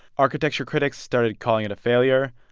architecture critics started calling it a failure,